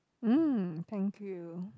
mm thank you